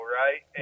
right